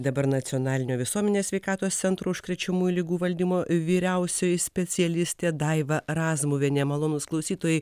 dabar nacionalinio visuomenės sveikatos centro užkrečiamųjų ligų valdymo vyriausioji specialistė daiva razmuvienė malonūs klausytojai